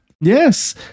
yes